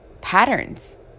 patterns